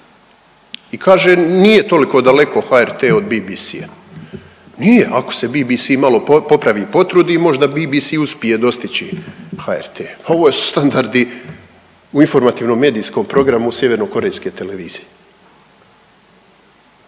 I kaže nije toliko daleko HRT od BBC-a. Nije ako se BBC malo popravi i potrudi možda BBC uspije dostići HRT. A ovo su standardi u informativno medijskom programu sjevernokorejske televizije.